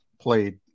played